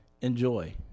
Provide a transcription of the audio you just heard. Enjoy